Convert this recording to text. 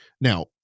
Now